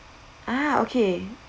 ah okay